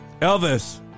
Elvis